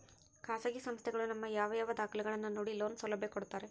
ಖಾಸಗಿ ಸಂಸ್ಥೆಗಳು ನಮ್ಮ ಯಾವ ಯಾವ ದಾಖಲೆಗಳನ್ನು ನೋಡಿ ಲೋನ್ ಸೌಲಭ್ಯ ಕೊಡ್ತಾರೆ?